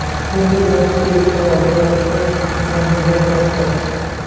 उंदीरनाशके एका वापरानंतर प्राणघातक असतात